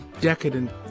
decadent